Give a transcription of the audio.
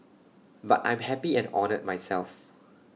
but I'm happy and honoured myself